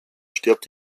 stirbt